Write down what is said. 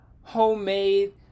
homemade